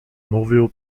mówił